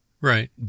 right